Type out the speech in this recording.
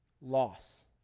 loss